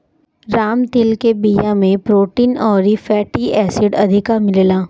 राम तिल के बिया में प्रोटीन अउरी फैटी एसिड अधिका मिलेला